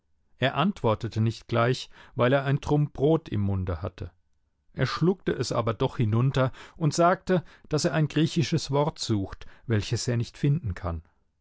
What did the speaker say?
er antwortete nicht gleich weil er ein trumm brot im munde hatte er schluckte es aber doch hinunter und sagte daß er ein griechisches wort sucht welches er nicht finden kann